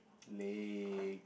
legs